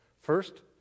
First